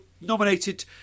nominated